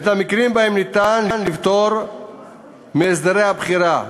את המקרים האלה אפשר לפטור מהסדרי הבחירה,